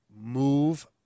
move